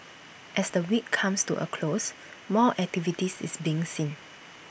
as the week comes to A close more activities is being seen